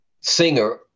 singer